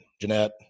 Jeanette